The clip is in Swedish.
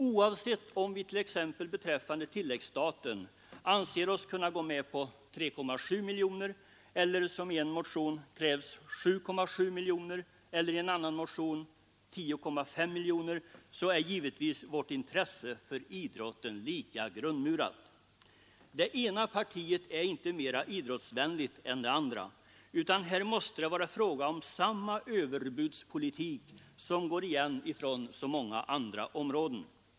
Oavsett om vi t.ex. beträffande tilläggsstaten anser oss kunna gå med på 3,7 miljoner kronor eller, som i en motion krävs, 7,7 miljoner kronor eller, som i en annan motion krävs, 10,5 miljoner kronor, är givetvis vårt intresse för idrotten lika grundmurat. Det ena partiet är inte mera idrottsvänligt än det andra, utan här måste det vara fråga om samma överbudspolitik som går igen på så många andra områden.